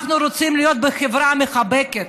אנחנו רוצים להיות בחברה מחבקת,